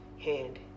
hand